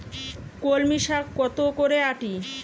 কলমি শাখ কত করে আঁটি?